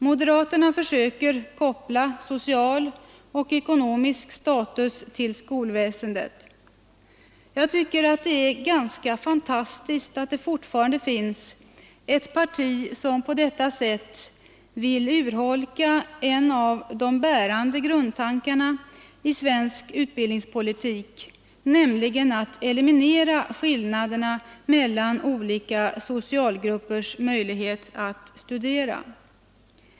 Moderaterna försöker koppla social och ekonomisk status till skolväsendet. Jag tycker att det är ganska fantastiskt att det fortfarande finns ett parti som på detta sätt vill urholka en av de bärande grundtankarna i svensk utbildningspolitik, nämligen att eliminera skillnaderna mellan olika socialgruppers möjlighet att studera.